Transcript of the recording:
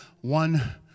one